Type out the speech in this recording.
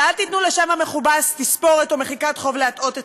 ואל תיתנו לשם המכובס "תספורת" או "מחיקת חוב" להטעות אתכם.